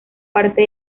parte